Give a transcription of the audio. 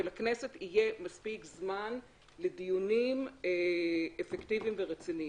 ולכנסת יהיה מספיק זמן לדיונים אפקטיביים ורציניים.